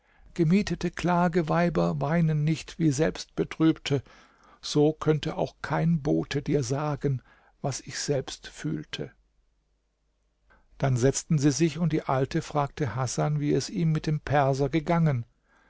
gemietete klageweiber weinen nicht wie selbstbetrübte so könnte auch kein bote dir sagen was ich selbst fühlte dann setzten sie sich und die alte fragte hasan wie es ihm mit dem perser gegangen